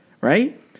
right